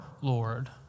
Lord